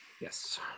Yes